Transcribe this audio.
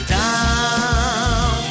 down